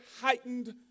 heightened